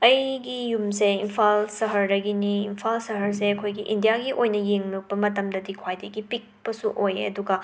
ꯑꯩꯒꯤ ꯌꯨꯝꯁꯦ ꯏꯝꯐꯥꯜ ꯁꯍꯔꯗꯒꯤꯅꯤ ꯏꯝꯐꯥꯜ ꯁꯍꯔꯁꯦ ꯑꯩꯈꯣꯏꯒꯤ ꯏꯟꯗꯤꯌꯥꯒꯤ ꯑꯣꯏꯅ ꯌꯦꯡꯉꯛꯄ ꯃꯇꯝꯗꯗꯤ ꯈ꯭ꯋꯥꯏꯗꯒꯤ ꯄꯤꯛꯄꯁꯨ ꯑꯣꯏꯌꯦ ꯑꯗꯨꯒ